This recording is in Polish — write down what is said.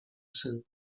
syn